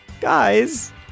Guys